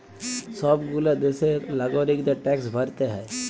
সব গুলা দ্যাশের লাগরিকদের ট্যাক্স ভরতে হ্যয়